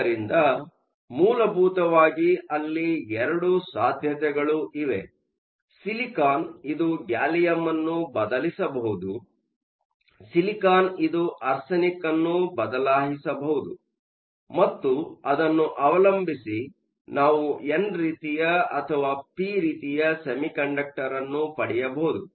ಆದ್ದರಿಂದ ಮೂಲಭೂತವಾಗಿ ಅಲ್ಲಿ ಎರಡು ಸಾಧ್ಯತೆಗಳು ಇವೆ ಸಿಲಿಕಾನ್ ಇದು ಗ್ಯಾಲಿಯಂ ಅನ್ನು ಬದಲಿಸಬಹುದು ಸಿಲಿಕಾನ್ ಇದು ಆರ್ಸೆನಿಕ್ ಅನ್ನು ಬದಲಾಯಿಸಬಹುದು ಮತ್ತು ಅದನ್ನು ಅವಲಂಬಿಸಿ ನಾವು ಎನ್ ರೀತಿಯ ಅಥವಾ ಪಿ ರೀತಿಯ ಸೆಮಿಕಂಡಕ್ಟರ್ ಅನ್ನು ಪಡೆಯಬಹುದು